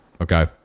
Okay